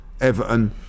Everton